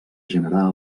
generar